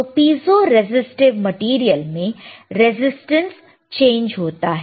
तो piezo resistive material में resistance change होता है